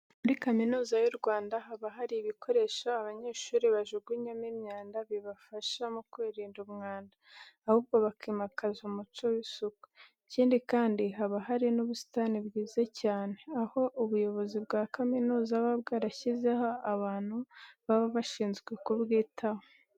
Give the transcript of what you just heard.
Muri Kaminuza y'u Rwanda haba hari ibikoresho abanyeshuri bajugunyamo imyanda bibafasha mu kwirinda umwanda, ahubwo bakimakaza umuco w'isuku. Ikindi kandi, haba hari n'ubusitani bwiza cyane, aho ubuyobozi bwa kaminuza buba bwarashyizeho abantu baba bashinzwe ku bwitaho.